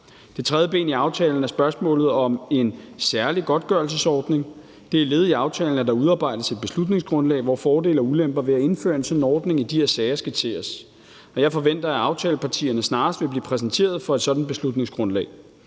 Det tredje ben i aftalen er spørgsmålet om en særlig godtgørelsesordning. Det er et led i aftalen, at der udarbejdes et beslutningsgrundlag, hvor fordele og ulemper ved at indføre en sådan ordning i de her sager skitseres, og jeg forventer, at aftalepartierne snarest vil blive præsenteret for et sådant beslutningsgrundlag.